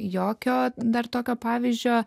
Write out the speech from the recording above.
jokio dar tokio pavyzdžio